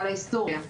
על ההיסטוריה,